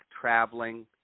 traveling